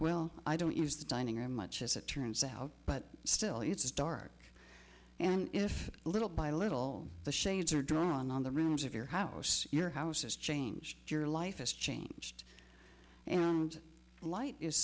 well i don't use the dining room much as it turns out but still it's dark and if little by little the shades are drawn on the rooms of your house your house is changed your life is changed and the light is